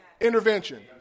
intervention